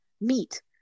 meat